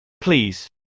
Please